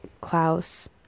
Klaus